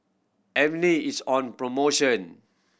Avene is on promotion